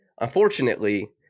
unfortunately